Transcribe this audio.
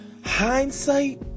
Hindsight